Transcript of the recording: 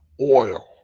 oil